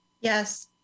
yes